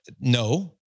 no